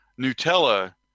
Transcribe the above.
Nutella